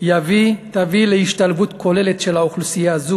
יביא להשתלבות כוללת של אוכלוסייה זו